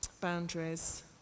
boundaries